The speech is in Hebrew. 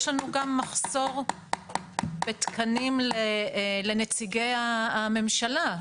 יש לנו גם מחסור בתקנים לנציגי הממשלה,